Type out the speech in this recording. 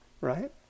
right